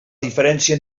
diferència